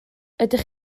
ydych